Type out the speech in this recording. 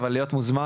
אבל להיות מוזמן,